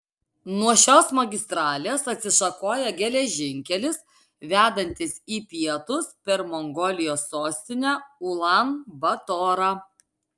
nuo šios magistralės atsišakoja geležinkelis vedantis į pietus per mongolijos sostinę ulan batorą